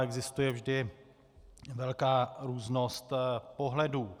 Existuje vždy velká různost pohledů.